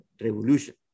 revolution